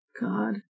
God